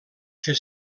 fer